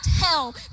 hell